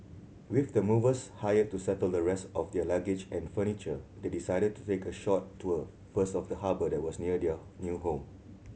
with the movers hired to settle the rest of their luggage and furniture they decided to take a short tour first of the harbour that was near their new home